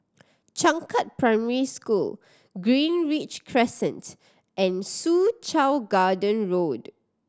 Changkat Primary School Greenridge Crescent and Soo Chow Garden Road